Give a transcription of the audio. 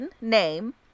name